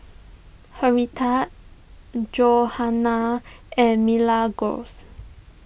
Henrietta Johana and Milagros